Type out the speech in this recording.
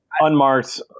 unmarked